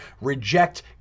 reject